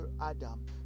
Adam